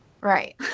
right